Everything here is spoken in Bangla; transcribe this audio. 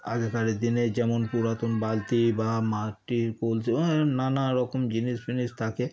আগেকার দিনে যেমন পুরাতন বালতি বা মাটির কলসি অনেক নানা রকম জিনিস ফিনিস থাকে